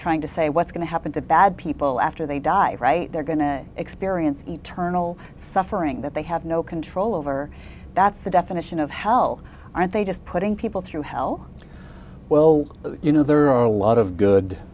trying to say what's going to happen to bad people after they die right they're going to experience eternal suffering that they have no control over that's the definition of hell are they just putting people through hell well you know there are a lot of good